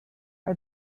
are